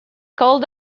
called